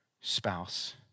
spouse